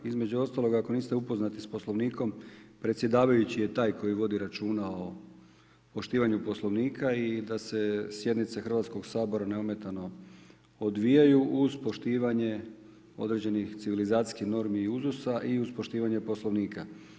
Između ostalog ako niste upoznati sa Poslovnikom predsjedavajući je taj koji vodi računa o poštivanju Poslovnika i da se sjednice Hrvatskoga sabora neometano odvijaju uz poštivanje određenih civilizacijskih normi i uzusa i uz poštivanje Poslovnika.